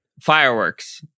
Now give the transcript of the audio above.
fireworks